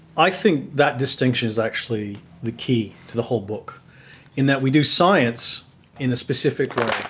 i think that distinction is actually the key to the whole book in that we do science in a specific way